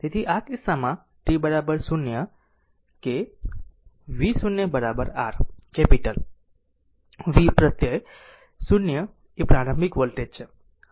તેથી આ કિસ્સામાં t 0 કે v0 r કેપિટલ v પ્રત્યય 0 એ પ્રારંભિક વોલ્ટેજ છે